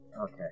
Okay